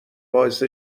باعث